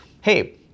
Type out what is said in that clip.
hey